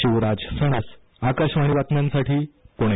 शिवराज सणस आकाशवाणी बातम्यांसाठी पुणे